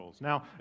Now